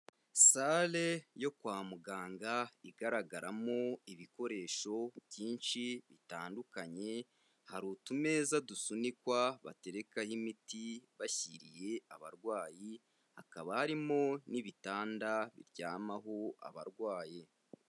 Sale yo kwa muganga igaragaramo ibikoresho byinshi bitandukanye hari utumeza dusunikwa baterekaho imiti bashyiriye abarwayi hakaba harimo n'ibitanda biryamaho abarwayi.